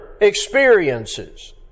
experiences